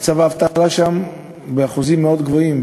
האבטלה שם היא באחוזים מאוד גבוהים.